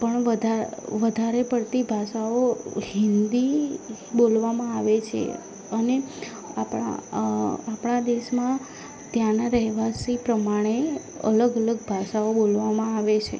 પણ વધારે વધારે પડતી ભાષાઓ હિન્દી બોલવામાં આવે છે અને આપણા આપણાં દેશમાં ત્યાંનાં રહેવાસી પ્રમાણે અલગ અલગ ભાષાઓ બોલવામાં આવે છે